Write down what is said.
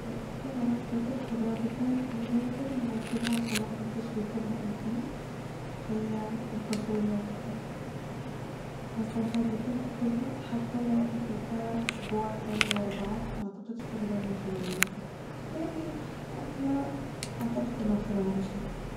الأكلة اللي أنا بجد بحبها جدا ونادرا ما باكلها عشان محدش بياكلها قدي هي الفاصوليا الخضرا ، وهستمتع جدا آكلها حتى لو أكلتها اسبوع كامل ورا بعض معتقدش أبدا اني همل منها ، تاني أكلة أعتقد المكرونة بشاميل